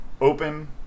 open